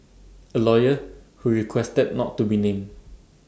A lawyer who requested not to be named